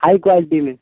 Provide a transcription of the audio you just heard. high quality میں